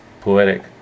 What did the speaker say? poetic